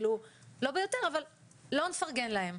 לא ביותר, אבל לא נפרגן להם.